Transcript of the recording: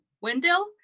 Wendell